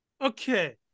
Okay